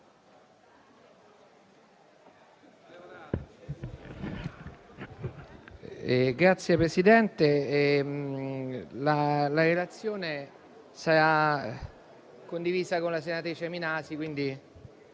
Signor Presidente, la relazione sarà condivisa con la senatrice Minasi,